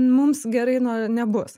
mums gerai nu nebus